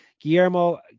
Guillermo